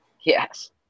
Yes